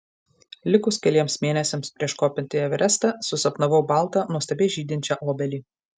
likus keliems mėnesiams prieš kopiant į everestą susapnavau baltą nuostabiai žydinčią obelį